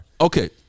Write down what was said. Okay